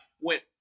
went